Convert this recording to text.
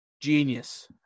Genius